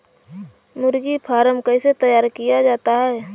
मुर्गी फार्म कैसे तैयार किया जाता है?